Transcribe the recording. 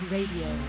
Radio